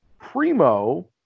Primo